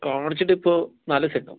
കാണിച്ചിട്ട് ഇപ്പോൾ നാല് ദിവസം ആയിട്ടുണ്ടാവും